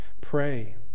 pray